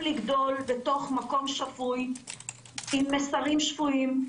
לגדול בתוך מקום שפוי עם מסרים שפויים,